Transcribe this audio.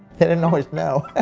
they didn't always know.